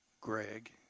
Greg